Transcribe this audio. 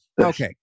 okay